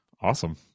awesome